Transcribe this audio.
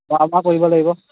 খোৱা বোৱা কৰিব লাগিব